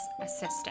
assistant